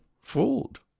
fooled